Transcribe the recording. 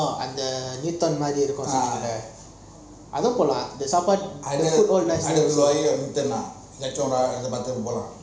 அந்த:antha newton மாறி இருக்கும் சொன்னிங்களா அது போலாம் அது சாப்பாடு:maari irukum soningala athu polam athu sapad